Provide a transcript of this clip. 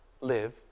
live